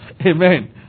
Amen